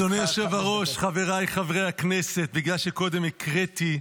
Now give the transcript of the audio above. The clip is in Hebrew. אדוני היושב-ראש, חבריי חברי הכנסת,